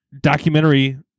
documentary